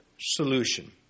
solution